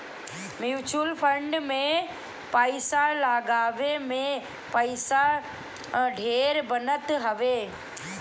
mutual fund में पईसा लगावे से पईसा ढेर बनत हवे